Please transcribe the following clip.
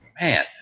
man